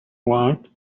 want